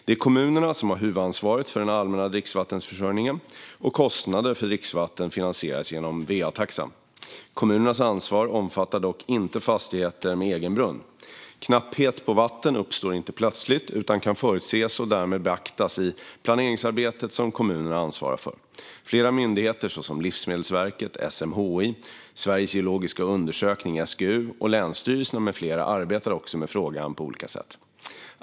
Det är kommunerna som har huvudansvaret för den allmänna dricksvattenförsörjningen, och kostnader för dricksvatten finansieras genom va-taxan. Kommunernas ansvar omfattar dock inte fastigheter med egen brunn. Knapphet på vatten uppstår inte plötsligt utan kan förutses och därmed beaktas i planeringsarbetet som kommunerna ansvarar för. Flera myndigheter, såsom Livsmedelsverket, SMHI, Sveriges geologiska undersökning , länsstyrelserna med flera, arbetar också med frågan på olika sätt.